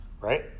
right